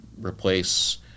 replace